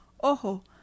ojo